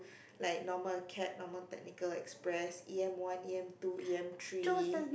like Normal Acad Normal Technical Express Yam one Yam two Yam three